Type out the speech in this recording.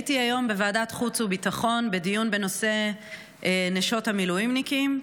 הייתי היום בוועדת החוץ והביטחון בדיון בנושא נשות המילואימניקים,